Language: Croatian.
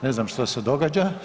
Ne znam što se događa.